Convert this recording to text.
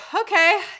okay